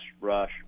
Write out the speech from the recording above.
rush